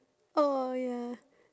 oh ya